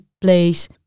place